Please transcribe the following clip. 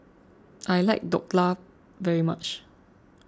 I like Dhokla very much